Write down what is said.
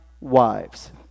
wives